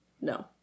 No